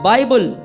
Bible